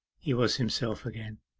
he was himself again.